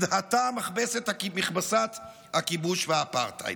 הדהתה מכבסת הכיבוש והאפרטהייד.